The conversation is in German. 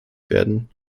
werden